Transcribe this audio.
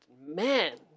man